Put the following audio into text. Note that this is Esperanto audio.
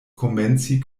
komenci